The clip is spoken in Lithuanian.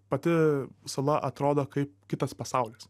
pati sala atrodo kaip kitas pasaulis